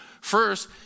First